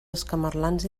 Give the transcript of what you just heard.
escamarlans